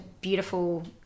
beautiful